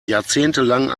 jahrzehntelang